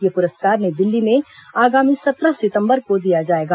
यह पुरस्कार नई दिल्ली में आगामी सत्रह सितंबर को दिया जाएगा